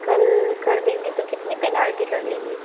कल कर देंगे तो कितनी पेनाल्टी लगेगी